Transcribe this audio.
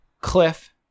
Cliff